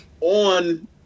on